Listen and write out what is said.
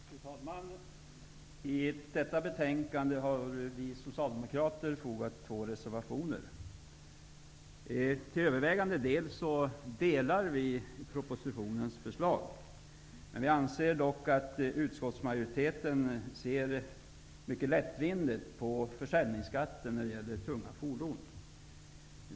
Fru talman! Till detta betänkande har vi socialdemokrater fogat två reservationer. Vi stöder till övervägande del propositionens förslag. Vi anser dock att utskottsmajoriteten ser lättvindigt på försäljningsskatten för tunga fordon.